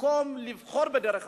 במקום לבחור בדרך הזאת,